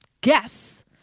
guess